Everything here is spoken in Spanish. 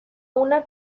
una